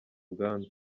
ubwandu